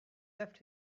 left